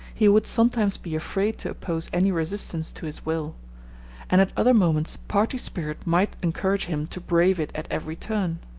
he would sometimes be afraid to oppose any resistance to his will and at other moments party spirit might encourage him to brave it at every turn.